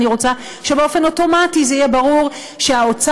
אני רוצה שבאופן אוטומטי זה יהיה ברור שהאוצר